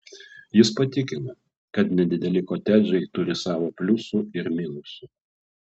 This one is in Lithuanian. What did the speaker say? jis patikino kad nedideli kotedžai turi savo pliusų ir minusų